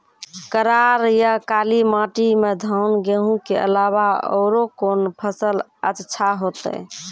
करार या काली माटी म धान, गेहूँ के अलावा औरो कोन फसल अचछा होतै?